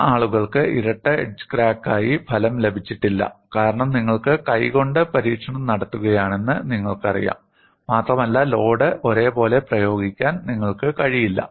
ചില ആളുകൾക്ക് ഇരട്ട എഡ്ജ് ക്രാക്കായി ഫലം ലഭിച്ചിട്ടില്ല കാരണം നിങ്ങൾ കൈകൊണ്ട് പരീക്ഷണം നടത്തുകയാണെന്ന് നിങ്ങൾക്കറിയാം മാത്രമല്ല ലോഡ് ഒരേപോലെ പ്രയോഗിക്കാൻ നിങ്ങൾക്ക് കഴിയില്ല